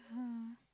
yeah